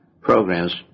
programs